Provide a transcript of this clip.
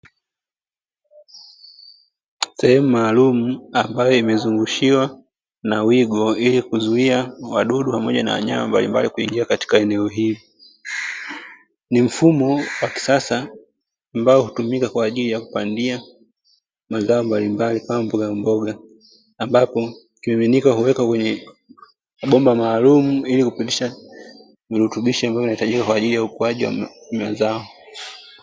Sehemu maalumu ambayo imezungushiwa na wigo, ili kuzuia wadudu, pamoja na wanyama mbalimbali, kuingia katika eneo hili. Ni mfumo wa kisasa ambao hutumika kwa ajili ya kupandia mazao mbalimbali, kama mbogamboga, ambapo kimiminika huwekwa kwenye bomba maalumu, ili kupitisha virutubisho ambayo vinahitajika kwa ajili ya ukuaji wa mazao.